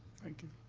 thank you.